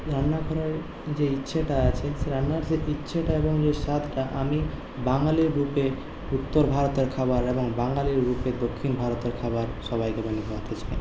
রান্না করার যে ইচ্ছেটা আছে সেই রান্নার যে ইচ্ছেটা এবং যে স্বাদটা আমি বাঙালির রূপে উত্তর ভারতের খাবার এবং বাঙালির রূপে দক্ষিণ ভারতের খাবার সবাইকে বানিয়ে খাওয়াতে চাই